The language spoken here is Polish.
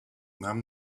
mam